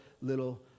little